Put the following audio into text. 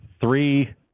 three